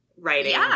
writing